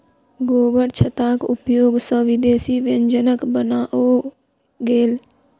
गोबरछत्ताक उपयोग सॅ विदेशी व्यंजनक बनाओल गेल